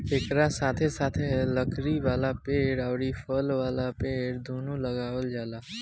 एकरा साथे साथे लकड़ी वाला पेड़ अउरी फल वाला पेड़ दूनो लगावल जाला